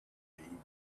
evening